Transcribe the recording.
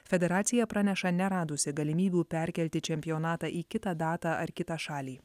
federacija praneša neradusi galimybių perkelti čempionatą į kitą datą ar kitą šalį